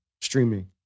streaming